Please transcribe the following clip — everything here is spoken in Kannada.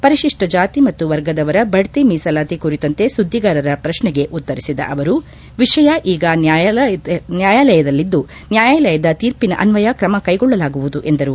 ಪರಿಶಿಪ್ಪ ಜಾತಿ ಮತ್ತು ವರ್ಗದವರ ಭಡ್ತಿ ಮೀಸಲಾತಿ ಕುರಿತಂತೆ ಸುದ್ದಿಗಾರರ ಪ್ರಕ್ನೆಗೆ ಉತ್ತರಿಸಿದ ಅವರು ವಿಷಯ ಈಗ ನ್ಯಾಯಾಲಯದಲ್ಲಿದ್ದು ನ್ಯಾಯಾಲಯದ ತೀರ್ಪಿನ ಅನ್ವಯ ಕ್ರಮ ಕೈಗೊಳ್ಳಲಾಗುವುದು ಎಂದರು